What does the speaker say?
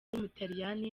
w’umutaliyani